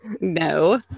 No